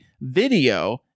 video